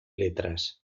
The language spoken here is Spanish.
letras